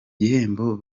gihembo